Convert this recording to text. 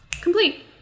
complete